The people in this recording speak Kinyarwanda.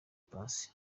paccy